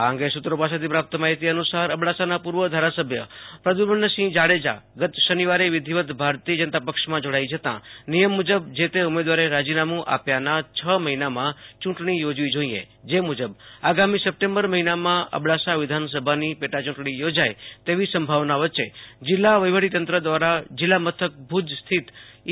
આ અંગે સૂત્રો પાસેથી પ્રાપ્ત માહિતી અનુસાર અબડાસાના પૂર્વ ધારાસભ્ય પ્રદ્યુમ્નસિંહ જાડેજા ગત શનિવારે વિધિવત ભાજપમાં જોડાઇ જતાં નિયમ મુજબ જે તે ઉમેદવારે રાજીનામું આપ્યાના છ મહિનામાં યૂંટણી યોજવી જોઈએ જે મુજબ આગામી સપ્ટેમ્બિર મહિનામાં અબડાસા વિધાનસભાની પેટાયૂંટણી થોજાય તેવી સંભાવના વચ્ચે જિલ્લા વેહીવટીતંત્ર દ્વારા જિલ્લામથક ભુજ સ્થિત ઈ